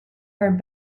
her